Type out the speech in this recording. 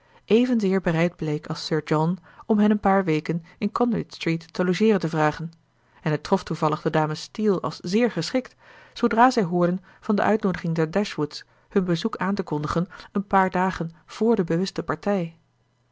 evenzeer bereid bleek als sir john om hen een paar weken in conduit street te logeeren te vragen en het trof toevallig de dames steele als zéér geschikt zoodra zij hoorden van de uitnoodiging der dashwoods hun bezoek aan te kondigen een paar dagen vr de bewuste partij